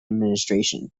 administration